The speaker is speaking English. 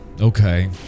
Okay